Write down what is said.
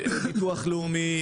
לביטוח הלאומי,